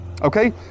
Okay